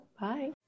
Bye